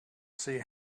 see